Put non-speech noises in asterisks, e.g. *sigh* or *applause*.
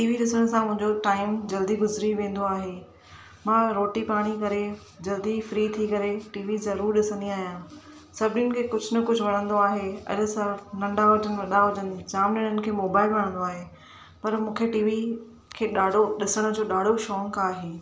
TV ॾिसण सां मुंहिंजो टाइम जल्दी गुज़री वेंदो आहे मां रोटी पाणी करे जल्दी फ्री थी करे टीवी ज़रूरु ॾिसंदी आहियां सभिनिनि खे कुझु न कुझु वणंदो आहे *unintelligible* नंढा हुजनि वॾा हुजनि जामु ॼणनि खे मोबाइल वणंदो आहे पर मूंखे टीवी खे ॾाढो ॾिसण जो ॾाढो शौक़ु आहे